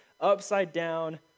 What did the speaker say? upside-down